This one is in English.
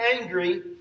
angry